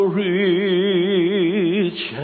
rich